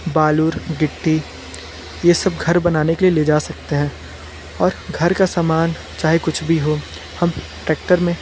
बालू और गिट्टी ये सब घर बनाने के लिए ले जा सकते हैं और घर का सामान चाहे कुछ भी हो हम ट्रेक्टर में